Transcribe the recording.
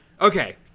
okay